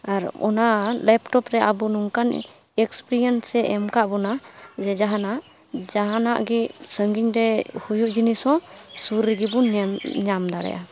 ᱟᱨ ᱚᱱᱟ ᱞᱮᱯᱴᱚᱯ ᱨᱮ ᱟᱵᱚ ᱱᱚᱝᱠᱟᱱ ᱮᱠᱥᱯᱤᱨᱤᱭᱮᱱᱥᱮ ᱮᱢ ᱟᱠᱟᱫ ᱵᱚᱱᱟ ᱡᱮ ᱡᱟᱦᱟᱱᱟᱜ ᱡᱟᱦᱟᱱᱟᱜ ᱜᱮ ᱥᱟᱺᱜᱤᱧᱨᱮ ᱦᱩᱭᱩᱜ ᱡᱤᱱᱤᱥᱦᱚᱸ ᱥᱩᱨ ᱨᱮᱜᱮ ᱵᱚᱱ ᱧᱮᱞ ᱧᱟᱢ ᱫᱟᱲᱮᱭᱟᱜᱼᱟ